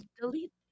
delete